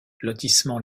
lotissement